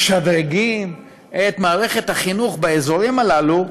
משדרגים את מערכת החינוך באזורים הללו,